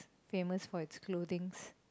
famous for its clothings